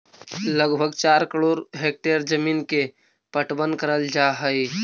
लगभग चार करोड़ हेक्टेयर जमींन के पटवन करल जा हई